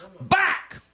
back